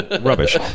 Rubbish